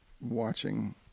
watching